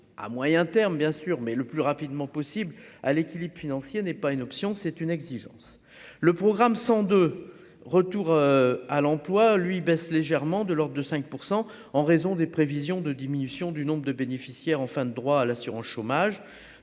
à moyen terme, bien sûr, mais le plus rapidement possible à l'équilibre financier n'est pas une option, c'est une exigence : le programme 100 de retour à l'emploi, lui, baisse légèrement de l'de 5 % en raison des prévisions de diminution du nombre de bénéficiaires en fin de droits à l'assurance chômage